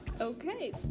Okay